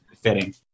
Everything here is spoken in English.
fitting